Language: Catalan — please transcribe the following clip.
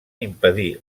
impedir